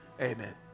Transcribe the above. Amen